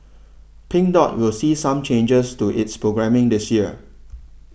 Pink Dot will see some changes to its programming this year